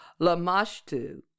Lamashtu